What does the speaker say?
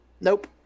nope